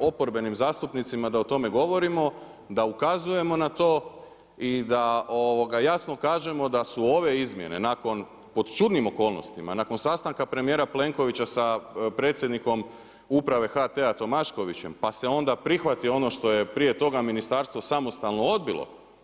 oporbenim zastupnicima da o tome govorimo, da ukazujemo na to i da jasno kažemo da su ove izmjene nakon pod čudnim okolnostima, nakon sastanka premijera Plenkovića sa predsjednikom Uprave HT-a Tomaškovićem, pa se onda prihvati ono što je prije toga ministarstvo samostalno odbilo.